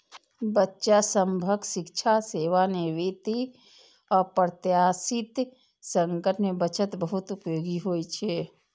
बच्चा सभक शिक्षा, सेवानिवृत्ति, अप्रत्याशित संकट मे बचत बहुत उपयोगी होइ छै